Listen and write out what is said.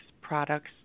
products